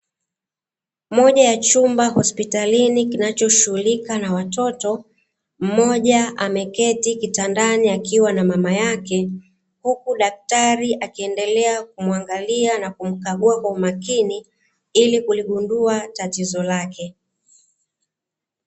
Moja ya chumba hospitalini kinachoshughulika na watoto, mmoja ameketi kitandani akiwa na mama yake huku daktari akiendelea kumwangalia na kumkagua kwa makini ili kuligundua tatizo lake.